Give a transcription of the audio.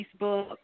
Facebook